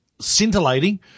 scintillating